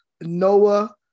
Noah